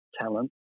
talent